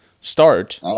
start